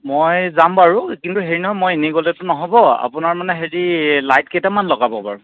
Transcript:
মই যাম বাৰু কিন্তু হেৰি নহয় মই এনেই গ'লেতো নহ'ব আপোনাৰ মানে হেৰি এই লাইট কেইটামান লগাব বাৰু